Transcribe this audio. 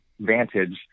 Vantage